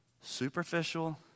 superficial